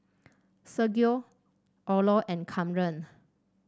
Sergio Orlo and Kamren